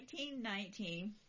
1919